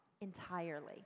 Entirely